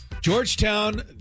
Georgetown